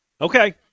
Okay